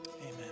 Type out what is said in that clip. amen